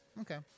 Okay